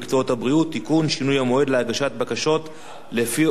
שינוי המועד להגשת בקשות לפי הוראות המעבר).